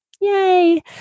yay